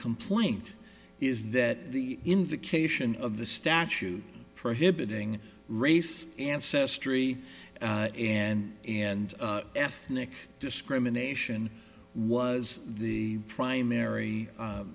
complaint is that the invocation of the statute prohibiting race ancestry and and ethnic discrimination was the primary